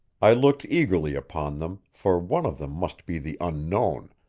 i looked eagerly upon them, for one of them must be the unknown,